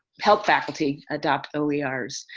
help faculty adopt oers.